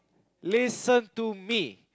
listen to me